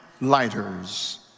lighters